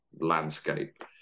landscape